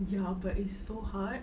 ya but it's so hard